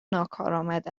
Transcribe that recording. ناکارآمد